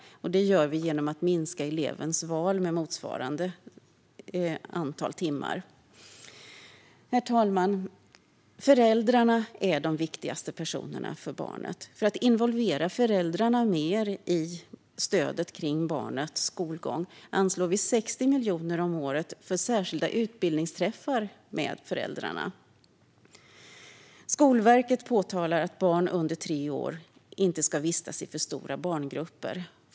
Det görs genom att minska elevens val med motsvarande antal timmar. Herr talman! Föräldrarna är de viktigaste personerna för barnet. För att involvera dem mer i stödet kring barnets skolgång anslår vi 60 miljoner om året till särskilda utbildningsträffar för föräldrarna. Skolverket påpekar att barn under tre år inte ska vistas i för stora barngrupper.